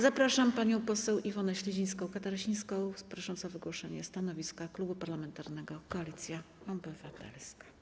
Zapraszam panią poseł Iwonę Śledzińską-Katarasińską, prosząc o wygłoszenie stanowiska Klubu Parlamentarnego Koalicja Obywatelska.